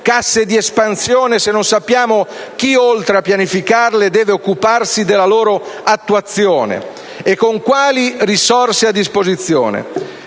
casse di espansione, se non sappiamo chi, oltre che pianificarle, deve occuparsi della loro attuazione e con quali risorse a disposizione.